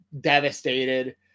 devastated